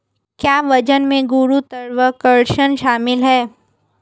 क्या वजन में गुरुत्वाकर्षण शामिल है?